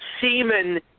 semen